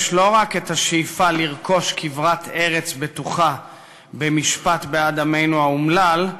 יש לא רק את השאיפה לרכוש כברת ארץ בטוחה במשפט בעד עמנו האומלל,